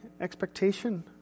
expectation